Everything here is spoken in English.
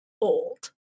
old